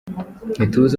ntituzi